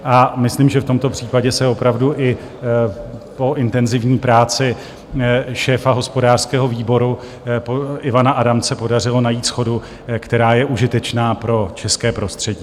A myslím, že v tomto případě se opravdu i po intenzivní práci šéfa hospodářského výboru Ivana Adamce podařilo najít shodu, která je užitečná pro české prostředí.